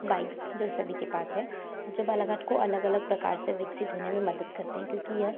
bikes जो सभी के पास है जो बालाघाट को अलग अलग प्रकार से विकसित होने में मदद करते हैं क्योंकि यह